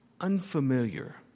unfamiliar